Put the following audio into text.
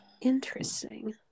Interesting